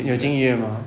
你有进医院 mah